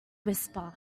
whisper